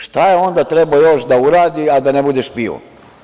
Šta je onda trebao još da uradi, a da ne bude špijun?